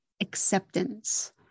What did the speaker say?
acceptance